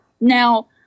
Now